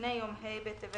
ולפני יום ה' בטבת